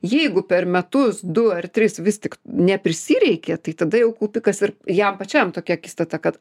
jeigu per metus du ar tris vis tik neprisireikė tai tada jau kaupikas ir jam pačiam tokia akistata kad